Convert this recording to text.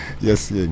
yes